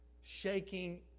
shaking